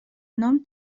nom